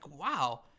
wow